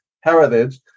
heritage